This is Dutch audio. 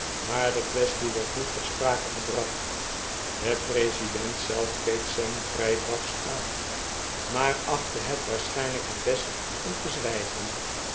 maar de quaestie werd niet ter sprake gebracht de president zelf keek sam vrij barsch aan maar achtte het waarschijnlijk het best om te zwijgen